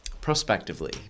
prospectively